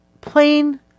plain